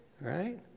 right